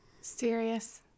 Serious